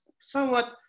somewhat